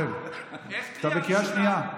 איך קריאה ראשונה?